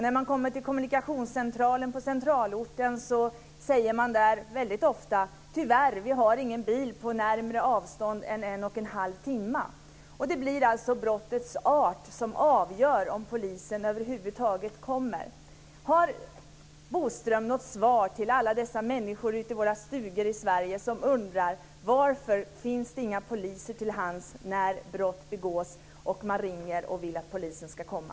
När man kommer till kommunikationscentralen i centralorten får man väldigt ofta höra: Tyvärr, vi har ingen bil på närmare avstånd än en och en halv timme. Det blir alltså brottets art som avgör om polisen över huvud taget kommer. Har Bodström något svar till alla dessa människor ute i våra stugor i Sverige som undrar: Varför finns det inga poliser till hands när brott begås och man ringer och vill att polisen ska komma?